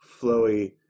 flowy